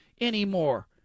anymore